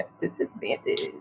Disadvantage